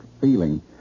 feeling